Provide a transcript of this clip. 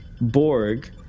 borg